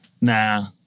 nah